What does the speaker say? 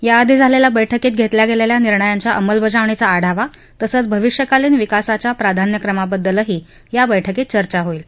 या आधी झालेल्या बैठकीत घेतल्या गेलेल्या निर्णयांच्या अंमलबजावणीचा आढावा तसंच भविष्यकालीन विकासाचा प्राधान्यक्रम यावरही या बैठकीत चर्चा होईल